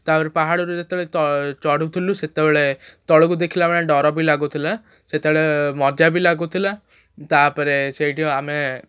ତା'ପରେ ପାହାଡ଼ରୁ ଯେତେବେଳେ ଚଢ଼ୁଥିଲୁ ସେତେବେଳେ ତଳୁକୁ ଦେଖିଲା ମାନେ ଡର ବି ଲାଗୁଥିଲା ସେତେବେଳେ ମଜା ବି ଲାଗୁଥିଲା ତା'ପରେ ସେଇଠି ଆମେ